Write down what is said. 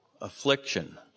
affliction